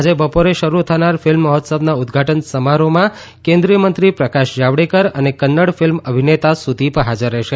આજે બપોરે શરૂ થનાર ફીલ્મ મહોત્સવના ઉદઘાટન સમારોહમાં કેન્દ્રીય મંત્રી પ્રકાશ જાવડેકર અને કન્નડ ફિલ્મ અભિનેતા સુદીપ હાજર રહેશે